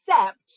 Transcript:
accept